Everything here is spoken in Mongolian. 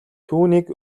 түүнийг